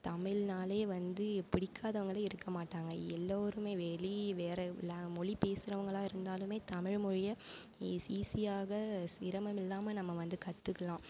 தமிழ்னாலே வந்து பிடிக்காதவங்களே இருக்க மாட்டாங்க எல்லோருமே வெளி வேறே லா மொழி பேசுகிறவங்களா இருந்தாலுமே தமிழ் மொழியை ஈ ஈஸியாக சிரமம் இல்லாமல் நம்ம வந்து கற்றுக்கலாம்